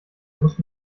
muss